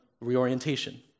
reorientation